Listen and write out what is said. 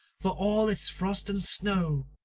for all its frost and snow!